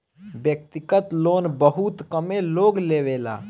व्यक्तिगत लोन बहुत कमे लोग लेवेला